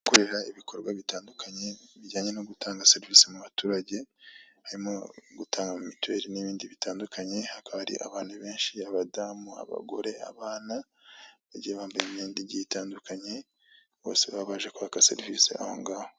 Gukorera ibikorwa bitandukanye bijyanye no gutanga serivisi mu baturage, harimo gutanga mituweli n'ibindi bitandukanye hakaba hari abantu benshi; abadamu, abagore, abana bagiye bambaye imyenda itandukanye bose baba baje kwaka serivisi ahongaho.